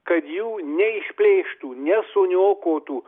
kad jų neišplėštų nesuniokotų